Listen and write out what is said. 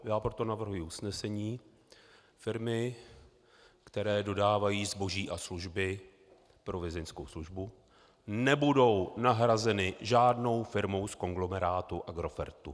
Já proto navrhuji usnesení: Firmy, které dodávají zboží a služby pro Vězeňskou službu, nebudou nahrazeny žádnou firmou z konglomerátu Agrofertu.